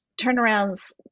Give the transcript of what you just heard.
turnarounds